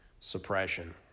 suppression